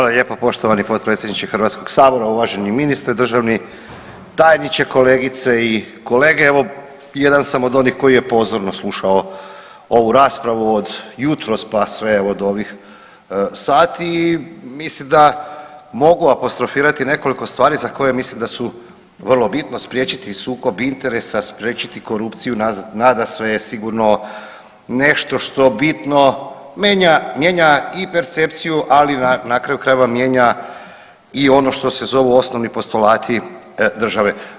Hvala lijepo poštovani potpredsjedniče HS-a, uvaženi ministre, državni tajniče, kolegice i kolege, evo, jedan sam od onih koji je pozorno slušao ovu raspravu od jutros pa sve, evo do ovih sati i mislim da mogu apostrofirati nekoliko stvari za koje mislim da su vrlo bitno, spriječiti sukob interesa, spriječiti korupciju nadasve je sigurno nešto što bitno mijenja i percepciji, ali na kraju krajeva, mijenja i ono što se zovu osnovni postulati države.